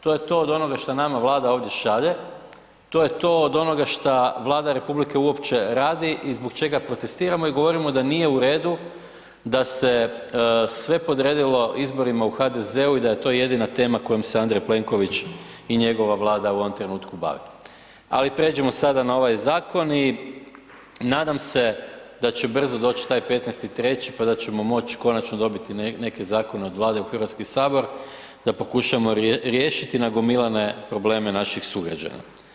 To je to od onoga što nama Vlada ovdje šalje, to je to od onoga šta Vlada RH uopće radi i zbog protestiramo i govorimo da nije u redu da se sve podredilo izborima u HDZ-u i da je to jedina tema kojom se Andrej Plenković i njegova Vlada u ovom trenutku bave, ali pređimo sada na ovaj zakon i nadam se da će brzo doći taj 15.3. pa da ćemo moći konačno moći dobiti neke zakone od Vlade u Hrvatski sabor da pokušamo riješiti nagomilane probleme naših sugrađana.